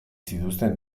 zituzten